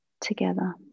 together